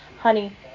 honey